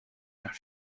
zijn